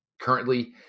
currently